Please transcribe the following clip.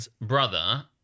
brother